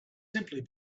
simply